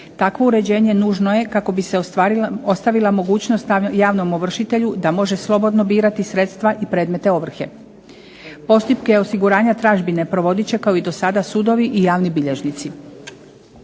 Takvo uređenje nužno je kako bi se ostavila mogućnost javnom ovršitelju da može slobodno birati sredstva i predmete ovrhe. Postupke osiguranja tražbine provodit će kao i do sada sudovi i javni bilježnici.